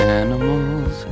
animals